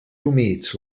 humits